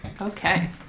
Okay